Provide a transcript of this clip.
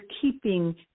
keeping